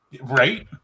Right